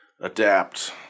adapt